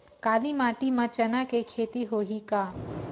काली माटी म चना के खेती होही का?